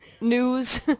News